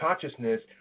consciousness